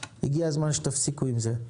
הגיע הזמן שתפסיקו עם זה.